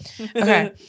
Okay